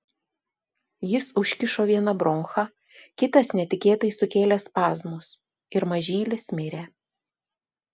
jis užkišo vieną bronchą kitas netikėtai sukėlė spazmus ir mažylis mirė